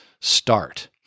start